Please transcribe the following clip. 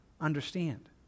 understand